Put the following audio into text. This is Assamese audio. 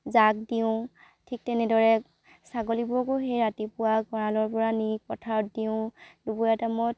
জাগ দিওঁ ঠিক তেনেদৰে ছাগলীবোৰকো সেই ৰাতিপুৱা গঁড়ালৰ পৰা নি পথাৰত দিওঁ দুপৰীয়া টাইমত